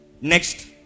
Next